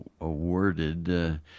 awarded